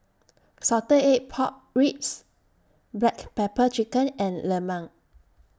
Salted Egg Pork Ribs Black Pepper Chicken and Lemang